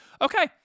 Okay